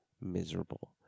miserable